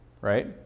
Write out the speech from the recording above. right